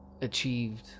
achieved